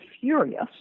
furious